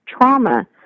trauma